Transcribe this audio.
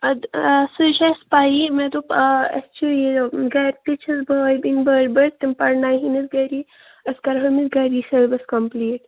ادٕ سُہ چھُ اَسہِ پَیِیی مےٚ دوٚپ آ اَسہِ چھُ یہِ گَرِ تہِ چھَس بٲبی بٔڈ بٲے تِم پَرٕناوہیٚنَس گَری أسۍ کَرٕہوٗ أمِس گَرِی سیٚلیبَس کَمپٕلیٖٹ